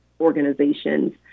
organizations